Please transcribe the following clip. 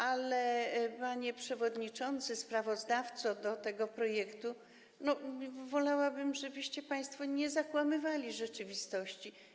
Ale, panie przewodniczący, sprawozdawco tego projektu, wolałabym, żebyście państwo nie zakłamywali rzeczywistości.